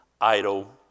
idle